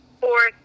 fourth